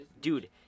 dude